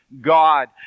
God